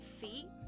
feet